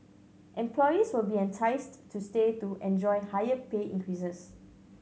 employees will be enticed to stay to enjoy higher pay increases